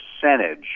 percentage